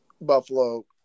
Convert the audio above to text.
Buffalo